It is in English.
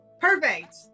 perfect